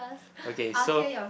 okay so